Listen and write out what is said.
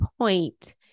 point